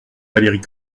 valérie